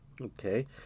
Okay